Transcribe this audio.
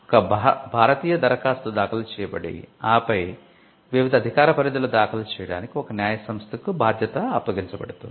ఒక భారతీయ దరఖాస్తు దాఖలు చేయబడి ఆపై వివిధ అధికార పరిధిలో దాఖలు చేయడానికి ఒక న్యాయ సంస్థకు బాధ్యత అప్పగించబడుతుంది